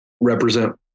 represent